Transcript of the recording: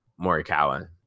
Morikawa